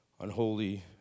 unholy